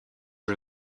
are